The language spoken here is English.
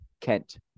Kent